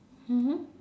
mmhmm